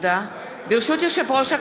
ברשות יושב-ראש הכנסת,